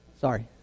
Sorry